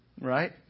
right